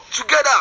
together